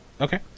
Okay